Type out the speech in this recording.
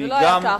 זה לא היה כך.